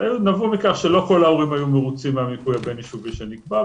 נבעו מכך שלא כל ההורים היו מרוצים מהמיפוי הבין-יישובי שנקבע,